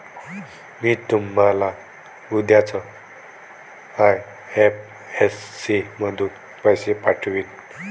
मी तुम्हाला उद्याच आई.एफ.एस.सी मधून पैसे पाठवीन